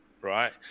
right